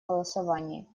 голосовании